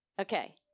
Okay